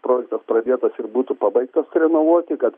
projektas pradėtas ir būtų pabaigtas renovuoti kad